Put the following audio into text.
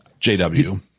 JW